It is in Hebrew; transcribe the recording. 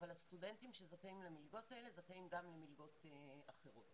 אבל הסטודנטים שזכאים למלגות האלה זכאים גם למלגות אחרות